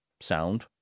sound